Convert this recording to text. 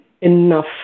enough